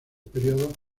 periodos